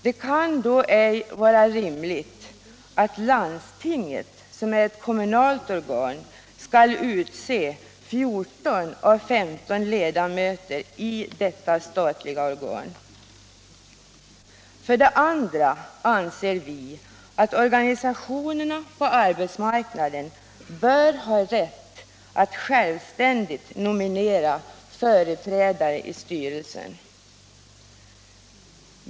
Det kan då ej vara rimligt att landstinget, som är ett kommunalt organ, skall utse 14 av 15 ledamöter i detta statliga organ. För det andra anser vi att organisationerna på arbetsmarknaden bör ha rätt att självständigt nominera företrädare i styrelsen.